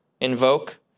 invoke